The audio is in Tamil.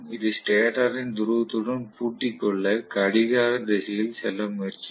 இது ஸ்டேட்டரின் துருவத்துடன் பூட்டிக் கொள்ள கடிகார திசையில் செல்ல முயற்சிக்கும்